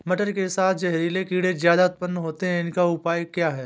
मटर के साथ जहरीले कीड़े ज्यादा उत्पन्न होते हैं इनका उपाय क्या है?